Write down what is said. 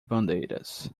bandeiras